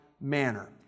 manner